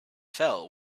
fell